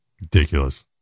Ridiculous